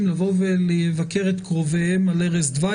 לבוא ולבקר את קרוביהם על ערש דווי?